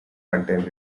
contain